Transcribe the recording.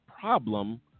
problem